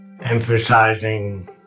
emphasizing